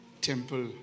temple